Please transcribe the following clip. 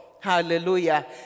Hallelujah